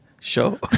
show